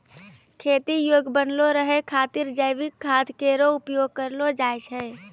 खेती योग्य बनलो रहै खातिर जैविक खाद केरो उपयोग करलो जाय छै